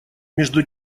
между